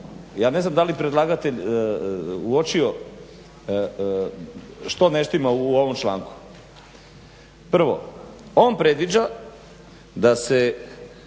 ja ne znam da li predlagatelj uočio što ne štima u ovom članku. Prvo, on predviđa da se